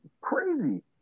crazy